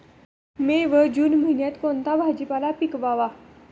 मे व जून महिन्यात कोणता भाजीपाला पिकवावा?